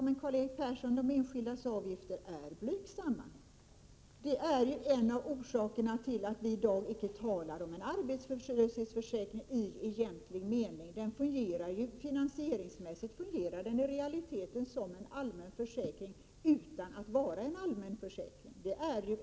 Herr talman! De enskildas avgifter är blygsamma, Karl-Erik Persson. Det är ju en av orsakerna till att vi i dag icke talar om en arbetslöshetsförsäkring i egentlig mening. Finansieringsmässigt fungerar försäkringen i realiteten som en allmän försäkring utan att vara det. Det är ett faktum.